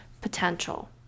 potential